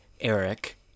Eric